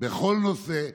בכל נושא,